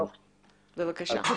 בבקשה.